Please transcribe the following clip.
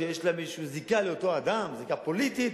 יש למישהו מהם זיקה לאותו אדם, זיקה פוליטית,